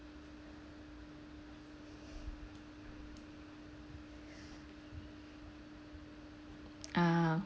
ah